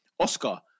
Oscar